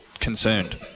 concerned